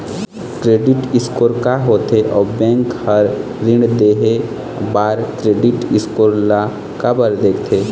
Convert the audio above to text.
Credit score का होथे अउ बैंक हर ऋण देहे बार क्रेडिट स्कोर ला काबर देखते?